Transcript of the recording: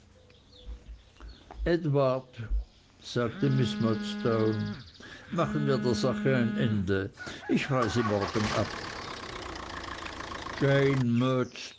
sagte miß murdstone machen wir der sache ein ende ich reise morgen ab